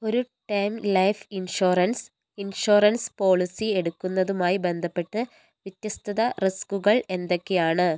ഒരു term life insurance insurance policy എടുക്കുന്നതുമായി ബന്ധപ്പെട്ട് വ്യത്യസ്തത റിസ്കുകൾ എന്തൊക്കെയാണ്